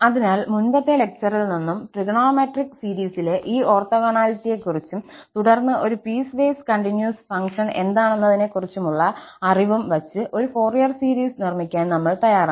അതിനാൽ മുൻപത്തെ ലെക്ചറിൽ നിന്നും ട്രിഗണോമെട്രിക് സീരീസിലെ ഈ ഓർത്തോഗോണാലിറ്റിയെക്കുറിച്ചും തുടർന്ന് ഒരു പീസ്വേസ് കണ്ടിന്യൂസ് ഫംഗ്ഷൻ എന്താണെന്നതിനെക്കുറിച്ചുള്ള അറിവുംവച്ചു ഒരു ഫോറിയർ സീരീസ് നിർമ്മിക്കാൻ നമ്മൾ തയ്യാറാണ്